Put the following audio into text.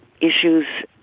issues